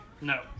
No